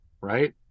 right